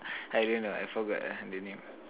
I don't know I forgot ah the name